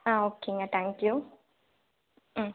ஆ ஓகேங்க தேங்க்யூ ம்